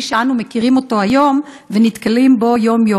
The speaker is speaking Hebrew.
שאנו מכירים אותו היום ונתקלים בו יום-יום,